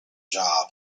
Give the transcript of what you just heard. job